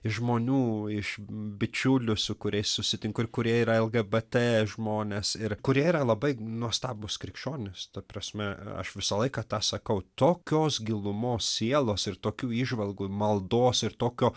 iš žmonių iš bičiulių su kuriais susitinku ir kurie yra lgbt žmones ir kurie yra labai nuostabūs krikščionys ta prasme aš visą laiką tą sakau tokios gilumos sielos ir tokių įžvalgų maldos ir tokio